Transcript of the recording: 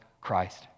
Christ